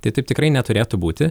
tai taip tikrai neturėtų būti